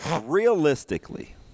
Realistically